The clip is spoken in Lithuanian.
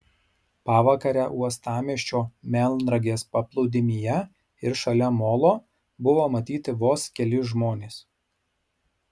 pavakarę uostamiesčio melnragės paplūdimyje ir šalia molo buvo matyti vos keli žmonės